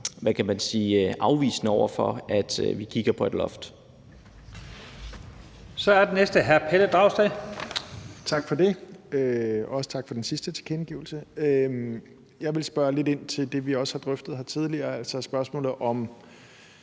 hr. Pelle Dragsted fra Enhedslisten. Kl. 13:56 Pelle Dragsted (EL): Tak for det. Også tak for den sidste tilkendegivelse. Jeg vil spørge lidt ind til det, vi også har drøftet her tidligere, altså spørgsmålet om